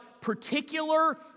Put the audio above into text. particular